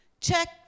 Check